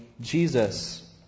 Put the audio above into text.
Jesus